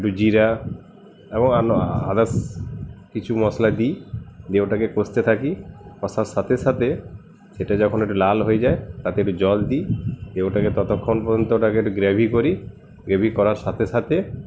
একটু জীরা এবং আদার্স কিছু মশলা দিই দিয়ে ওটাকে কষতে থাকি কষার সাথে সাথে সেটা যখন একটু লাল হয়ে যায় তাতে একটু জল দিই দিয়ে ওটাকে ততক্ষণ পর্যন্ত ওটাকে গ্রেভি করি গ্রেভি করার সাথে সাথে